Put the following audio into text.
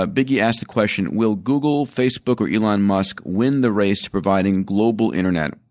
ah biggie asks the question, will google, facebook, or elon musk win the race to providing global internet?